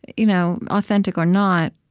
you know authentic or not,